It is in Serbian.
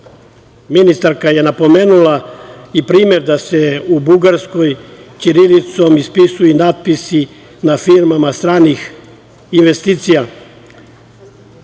Ministarka je napomenula i primer da se u Bugarskoj ćirilicom ispisuju i natpisi na firmama stranih investicija. Slavni